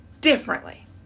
differently